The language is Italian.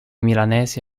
milanesi